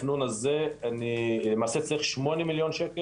אני למעשה צריך שמונה מיליון שקל.